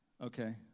Okay